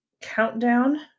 Countdown